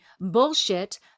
bullshit